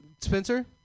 Spencer